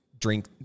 drink